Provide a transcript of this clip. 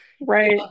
right